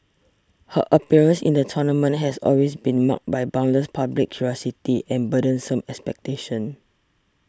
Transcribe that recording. her appearance in the tournament has always been marked by boundless public curiosity and burdensome expectations